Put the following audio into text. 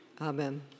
Amen